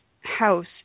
house